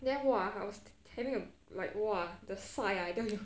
then !wah! I was having a like !wah! the sai ah I tell you